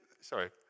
sorry